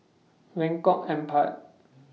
Lengkok Empat